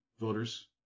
voters